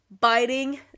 biting